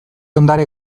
ondare